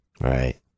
Right